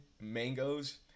mangoes